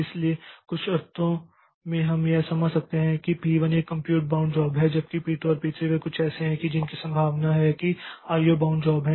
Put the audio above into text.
इसलिए कुछ अर्थों में हम यह समझ सकते हैं कि P1 एक कम्प्यूट बाउंड जॉब है जबकि P2 और P3 वे कुछ ऐसे हैं जिनकी संभावना है कि वे आईओ बाउंड जॉब हैं